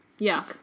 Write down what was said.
yuck